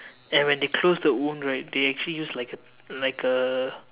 and when they close the wound right they actually use like a like a